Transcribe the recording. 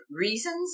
reasons